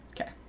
Okay